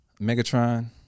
Megatron